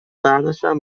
بعدشم